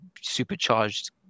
supercharged